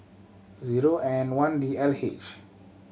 zero N one D L H